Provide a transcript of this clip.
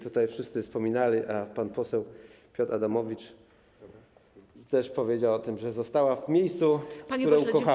Tutaj wszyscy wspominali, pan poseł Piotr Adamowicz też powiedział o tym, że została w miejscu, które ukochała.